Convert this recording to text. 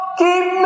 keep